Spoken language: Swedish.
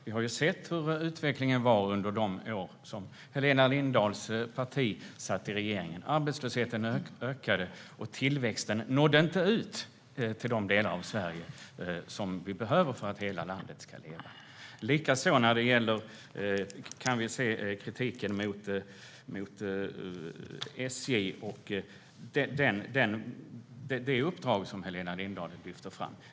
Vi har sett hur utvecklingen var under de år Helena Lindahls parti satt i regeringen - arbetslösheten ökade, och tillväxten nådde inte ut till de delar av Sverige vi behöver för att hela landet ska leva. Likaså kan vi se kritiken mot SJ och det uppdrag Helena Lindahl lyfter fram.